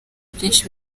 byinshi